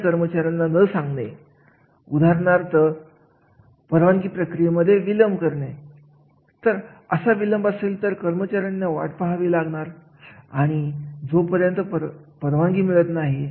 खूप वेळा असे सांगण्यात येते की एखाद्या कार्यालयातील वैयक्तिक सहायक हा एखाद्या ऑफिसर पेक्षाही महत्त्वाचा असू शकतो